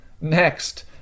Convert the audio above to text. next